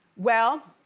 well,